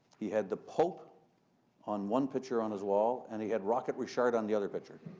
he had the pope on one picture on his wall and he had rocket richard on the other picture.